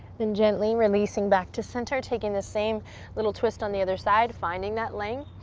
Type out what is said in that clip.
then gently, releasing back to center. taking this same little twist on the other side, finding that length.